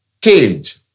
cage